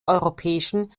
europäischen